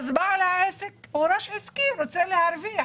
לבעל העסק יש ראש עסקי, רוצה להרוויח,